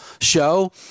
show